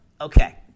okay